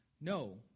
No